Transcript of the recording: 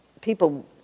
people